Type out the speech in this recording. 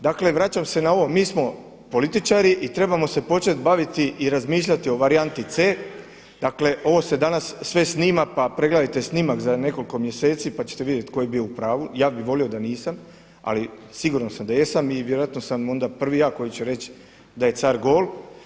Dakle vraćam se na ovo, mi smo političari i trebamo se početi baviti i razmišljati i varijanti C, dakle ovo se danas sve snima, pa pregledajte snimak za nekoliko mjeseci pa ćete vidjet tko je bio u prvu, ja bih volio da nisam, ali siguran sam da jesam i vjerojatno sam onda prvi ja koji ću reći da je car gol.